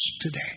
today